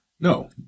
No